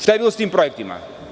Šta je bilo sa tim projektima?